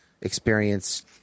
experience